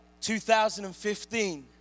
2015